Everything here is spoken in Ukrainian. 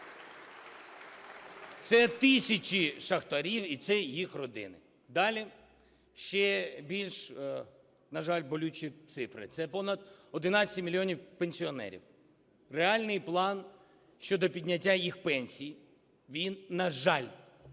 Це тисячі шахтарів і це їх родини. Далі. Ще більш, на жаль, болючі цифри – це понад 11 мільйонів пенсіонерів. Реальний план щодо підняття їх пенсій, він, на жаль, може,